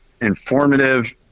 informative